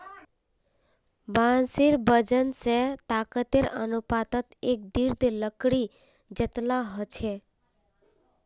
बांसेर वजन स ताकतेर अनुपातत एक दृढ़ लकड़ी जतेला ह छेक